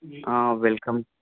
welcome